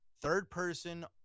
third-person